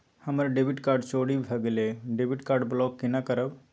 हमर debit card चोरी भगेलै डेबिट कार्ड ब्लॉक केना करब?